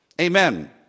Amen